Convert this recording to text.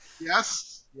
Yes